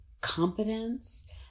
competence